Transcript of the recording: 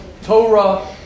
Torah